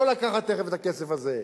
לא לקחת תיכף את הכסף הזה.